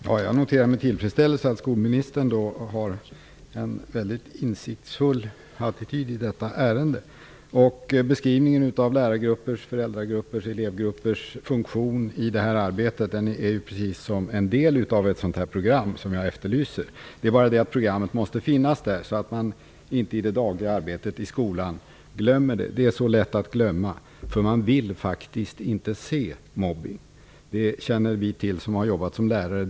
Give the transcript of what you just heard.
Herr talman! Jag noterar med tillfredsställelse att skolministern har en väldigt insiktsfull attityd i detta ärende. Beskrivningen av lärargruppers, föräldragruppers och elevgruppers funktion i det här arbetet är precis som en del i ett sådant program som jag efterlyser. Men programmet måste finnas, så att man inte i det dagliga arbetet i skolan glömmer det. Det är så lätt att glömma. Man vill faktiskt inte se mobbning. Det känner vi till som har jobbat som lärare.